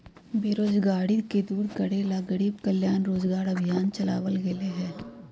बेरोजगारी के दूर करे ला गरीब कल्याण रोजगार अभियान चलावल गेले है